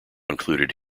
included